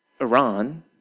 Iran